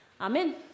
Amen